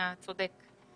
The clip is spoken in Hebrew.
צודק.